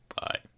Bye